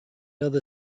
other